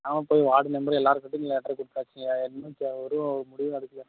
நானும் போய் ward member எல்லார்கிட்டேயும் லெட்ரு கொடுத்தாச்சிங்கய்யா ஒன்றும் எதுவும் ஒரு முடிவும் எடுக்கலை